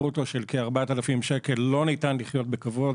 ברוטו של כ-4,000 שקל לא ניתן לחיות בכבוד.